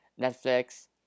Netflix